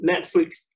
Netflix